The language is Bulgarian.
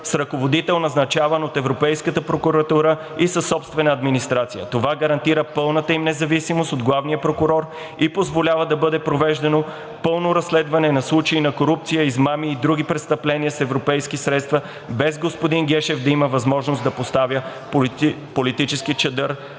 с ръководител, назначаван от Европейската прокуратура, и със собствена администрация. Това гарантира пълната им независимост от главния прокурор и позволява да бъде провеждано пълно разследване на случаи на корупция, измами и други престъпления с европейски средства, без господин Гешев да има възможност да поставя политически чадър